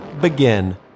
begin